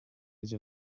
edge